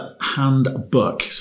handbook